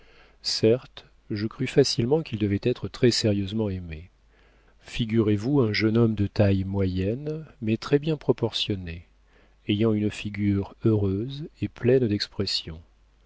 certes je crus facilement qu'il devait être très-sérieusement aimé figurez-vous un jeune homme de taille moyenne mais très-bien proportionnée ayant une figure heureuse et pleine d'expression